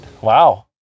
Wow